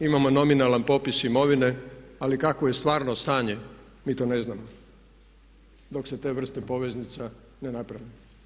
Imamo nominalan popis imovine ali kakvo je stvarno stanje, mi to ne znamo dok se te vrste poveznica ne naprave.